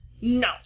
no